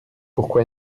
pourquoi